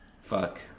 fuck